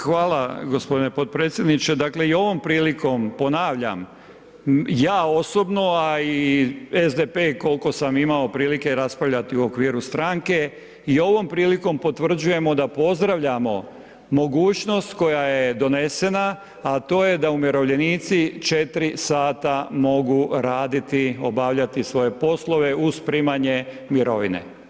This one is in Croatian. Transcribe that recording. Dakle, hvala gospodine potpredsjedniče, dakle i ovom prilikom ponavljam, ja osobno, a i SDP kolko sam imao prilike raspravljati u okviru stranku i ovom prilikom potvrđujemo da pozdravljamo mogućnost koja je donesena, a to je da umirovljenici 4 sata mogu raditi, obavljati svoje poslove uz primanje mirovine.